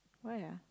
why ah